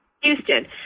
Houston